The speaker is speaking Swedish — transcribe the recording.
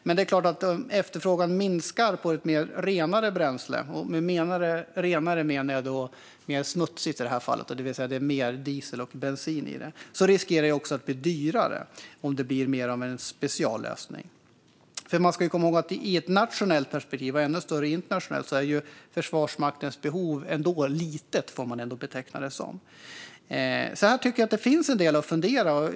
Men om efterfrågan på ett renare bränsle minskar - med renare menar jag i det här fallet smutsigare, det vill säga att det är mer diesel och bensin i det - riskerar det också att bli dyrare, om det blir mer av en speciallösning. Man ska komma ihåg att i ett nationellt perspektiv och i ett ännu större, internationellt perspektiv är Försvarsmaktens behov ändå litet. Det får man ändå beteckna det som. Det finns en del att fundera över här.